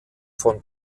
von